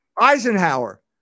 Eisenhower